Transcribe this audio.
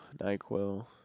NyQuil